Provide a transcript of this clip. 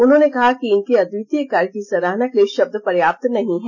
उन्होंने कहा कि इनके अद्वितीय कार्य की सराहना के लिए शब्द पर्याप्त नहीं हैं